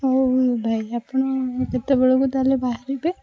ହେଉ ଭାଇ ଆପଣ କେତେବେଳକୁ ତାହାଲେ ବାହାରିବେ